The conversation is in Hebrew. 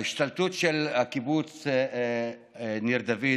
ההשתלטות של הקיבוץ ניר דוד